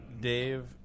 Dave